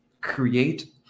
create